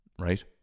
right